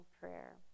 prayer